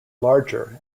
larger